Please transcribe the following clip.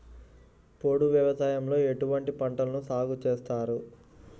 పోడు వ్యవసాయంలో ఎటువంటి పంటలను సాగుచేస్తారు?